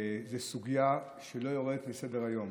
זאת סוגיה שלא יורדת מסדר-היום.